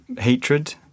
hatred